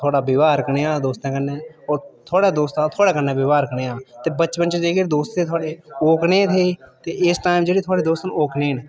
थुहाड़ा व्यवहार कनेहा दोस्तें कन्नै थुहाड़े दोस्तें दा थुहाड़े कन्नै व्यावहार कनेहा ऐ ते बचपन च दोस्त हे जेह्ड़े हे थुहाड़े ओह् कनेह् हे ते इस टैम दोस्त न जेह्ड़े ओह् कनेह् न